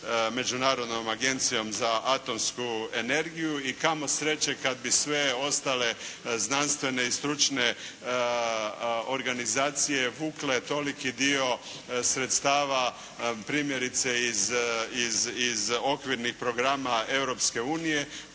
Međunarodnom agencijom za atomsku energiju. I kamo sreće kad bi sve ostale znanstvene i stručne organizacije vukle toliki dio sredstava primjerice iz okvirnih programa Europske unije